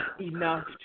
enough